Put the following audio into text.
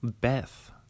Beth